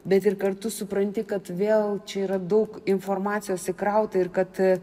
bet ir kartu supranti kad vėl čia yra daug informacijos įkrauta ir kad